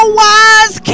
wise